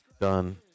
done